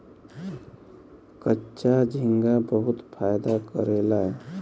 कच्चा झींगा बहुत फायदा करेला